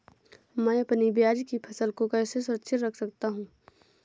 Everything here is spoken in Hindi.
मैं अपनी प्याज की फसल को कैसे सुरक्षित रख सकता हूँ?